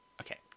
Okay